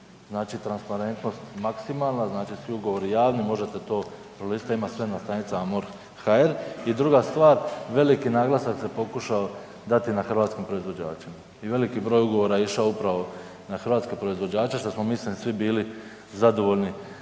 znači transparentnost maksimalna, znači svi ugovori javni, možete to prolistati, ima sve na stranicama morh.hr i druga stvar, veliki naglasak se pokušao dati na hrvatskim proizvođačima i veliki broj ugovora je išao upravo na hrvatske proizvođače, što smo mislim, svi bili zadovoljni